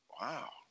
wow